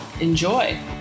Enjoy